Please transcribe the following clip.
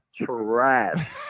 Trash